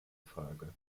frage